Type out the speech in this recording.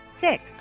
six